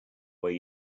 way